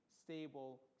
stable